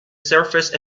surface